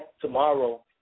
tomorrow